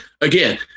again